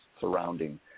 surrounding